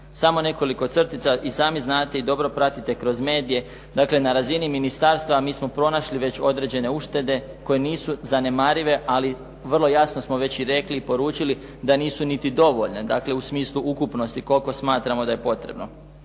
Samo nekoliko crtica. I sami znate i dobro pratite kroz medije. Dakle, na razini ministarstva mi smo pronašli već određene uštede koje nisu zanemarive ali vrlo jasno smo već i rekli i poručili da nisu niti dovoljne, dakle u smislu ukupnosti koliko smatramo da je potrebno.